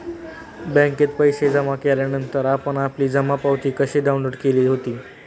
बँकेत पैसे जमा केल्यानंतर आपण आपली जमा पावती कशी डाउनलोड केली होती?